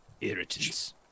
Irritants